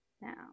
now